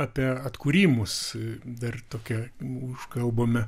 apie atkūrimus dar tokia užkalbame